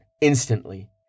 instantly